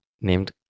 named